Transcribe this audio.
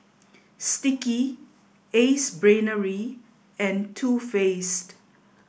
Sticky Ace Brainery and Too Faced